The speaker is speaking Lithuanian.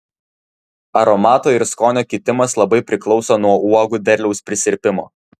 aromato ir skonio kitimas labai priklauso nuo uogų derliaus prisirpimo